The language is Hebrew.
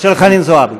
חנין זועבי.